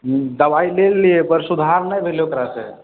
दवाइ लए लेलियै पर सुधार नहि भेल ओकरासँ